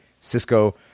Cisco